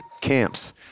camps